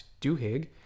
Duhigg